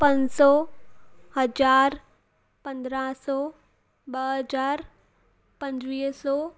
पंज सौ हज़ारु पंदरहां सौ ॿ हज़ारु पंजवीह सौ